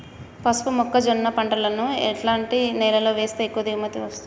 పసుపు మొక్క జొన్న పంటలను ఎలాంటి నేలలో వేస్తే ఎక్కువ దిగుమతి వస్తుంది?